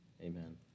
Amen